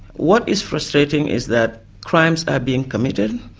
what is frustrating is that crimes are being committed,